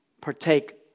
partake